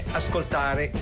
ascoltare